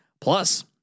plus